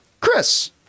Chris